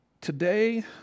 Today